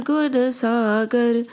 Gunasagar